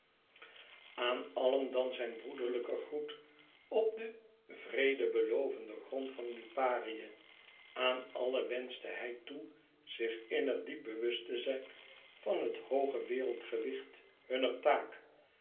aan allen dan zijn broederlijke groet op den vredebelovenden grond van liparië aan allen wenschte hij toe zich innig diep bewust te zijn van het hooge wereldgewicht hunner taak